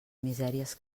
misèries